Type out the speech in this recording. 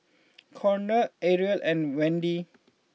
Konner Ariel and Wende